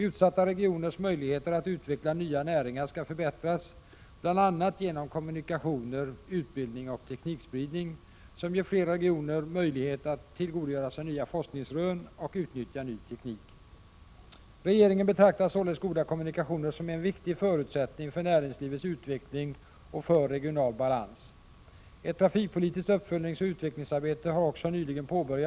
Utsatta regioners möjligheter att utveckla nya näringar skall förbättras, bl.a. genom kommunikationer, utbildning och teknikspridning, som ger flera regioner möjlighet att tillgodogöra sig nya forskningsrön och utnyttja ny teknik.” Regeringen betraktar således goda kommunikationer som en viktig förutsättning för näringslivets utveckling och för regional balans. Ett trafikpolitiskt uppföljningsoch utvecklingsarbete har också nyligen påbör = Prot.